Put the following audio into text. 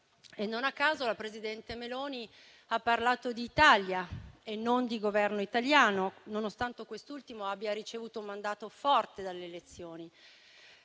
Non a caso la presidente Meloni ha parlato di Italia e non di Governo italiano, nonostante quest'ultimo abbia ricevuto un mandato forte dalle elezioni.